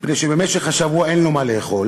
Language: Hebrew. מפני שבמשך השבוע אין לו מה לאכול,